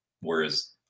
Whereas